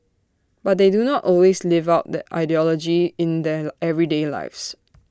but they do not always live out that ideology in their everyday lives